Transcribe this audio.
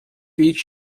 each